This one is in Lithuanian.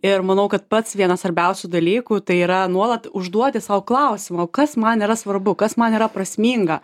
ir manau kad pats vienas svarbiausių dalykų tai yra nuolat užduoti sau klausimą o kas man yra svarbu kas man yra prasminga